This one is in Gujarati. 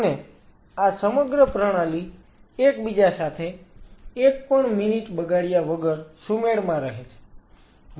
અને આ સમગ્ર પ્રણાલી એકબીજા સાથે એકપણ મિનીટ બગાડ્યા વગર સુમેળમાં રહે છે